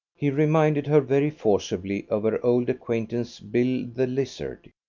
he reminded her very forcibly of her old acquaintance bill the lizard,